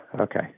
Okay